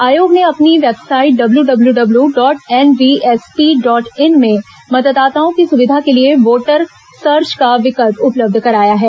आयोग ने अपनी website W W W dot NV SP dot in में मतदाताओं की सुविधा के लिए वोटर सर्च का विकल्प उपलब्ध कराया है